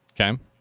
Okay